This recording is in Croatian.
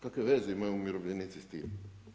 Kakve veze imaju umirovljenici s tim?